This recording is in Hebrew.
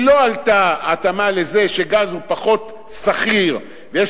היא לא עשתה התאמה לזה שגז הוא פחות סחיר ויש